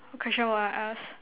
what question I want to ask